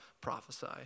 prophesy